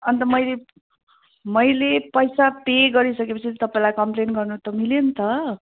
अन्त मैले मैले पैसा पे गरिसकेँ पछि तपाईँलाई कम्प्लेन गर्नु त मिल्यो नि त